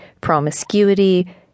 promiscuity